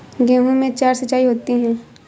गेहूं में चार सिचाई होती हैं